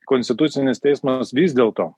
konstitucinis teismas vis dėlto